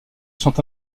sont